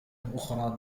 أخرى